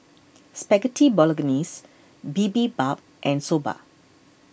Spaghetti Bolognese Bibimbap and Soba